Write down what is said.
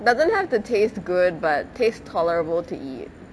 doesn't have to taste good but taste tolerable to eat